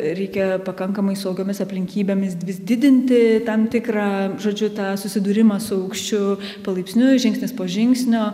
reikia pakankamai saugiomis aplinkybėmis vis didinti tam tikrą žodžiu tą susidūrimą su aukščiu palaipsniui žingsnis po žingsnio